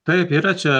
taip yra čia